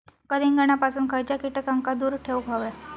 कलिंगडापासून खयच्या कीटकांका दूर ठेवूक व्हया?